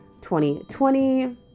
2020